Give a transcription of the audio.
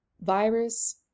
virus